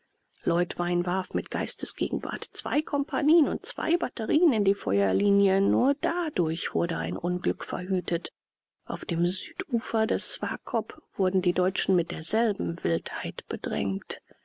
leutwein warf mit geistesgegenwart zwei kompagnien und zwei batterien in die feuerlinie nur dadurch wurde ein unglück verhütet auf dem südufer des swakop wurden die deutschen mit derselben wildheit bedrängt